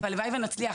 והלוואי הנצליח.